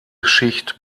schicht